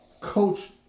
Coach